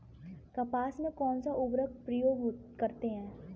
कपास में कौनसा उर्वरक प्रयोग करते हैं?